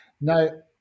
now